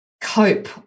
cope